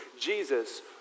Jesus